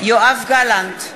יואב גלנט,